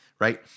right